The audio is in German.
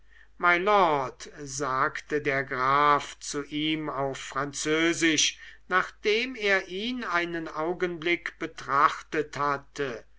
mylord sagte der graf zu ihm auf französisch nachdem er ihn einen augenblick betrachtet hatte